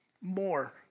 more